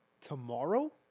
tomorrow